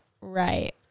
Right